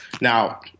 now